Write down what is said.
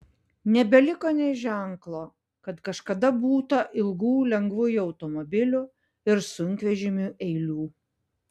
nebeliko nė ženklo kad kažkada būta ilgų lengvųjų automobilių ir sunkvežimių eilių